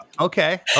Okay